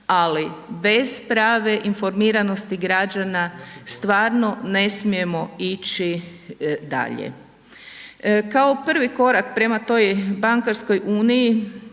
ali bez prave informiranosti građana stvarno ne smijemo ići dalje. Kao prvi prema bankarskoj uniji